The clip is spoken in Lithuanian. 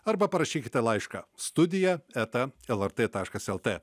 arba parašykite laišką studija eta lrt taškas lt